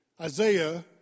Isaiah